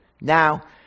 Now